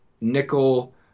nickel